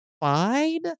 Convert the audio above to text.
fine